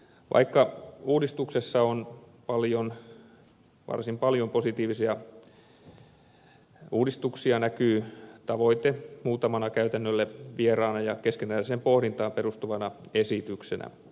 vaikka uudistuksessa on varsin paljon positiivista näkyy tavoite muutamana käytännölle vieraana ja keskeneräiseen pohdintaan perustuvana esityksenä